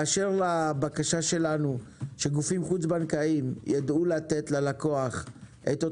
באשר לבקשה שלנו שגופים חוץ בנקאיים יידעו לתת ללקוח אותו